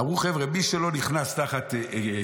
אמרו: חבר'ה, מי שלא נכנס תחת כי"ח